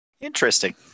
Interesting